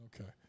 Okay